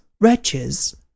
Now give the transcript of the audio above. wretches